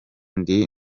ndi